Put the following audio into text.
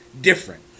different